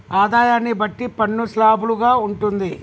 ఆదాయాన్ని బట్టి పన్ను స్లాబులు గా ఉంటుంది